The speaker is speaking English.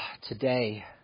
today